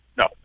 No